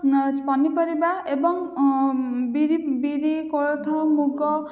ପନିପରିବା ଏବଂ ବିରି ବିରି କୋଳଥ ମୁଗ